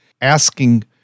asking